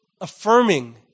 affirming